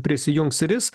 prisijungs ir jis